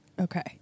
Okay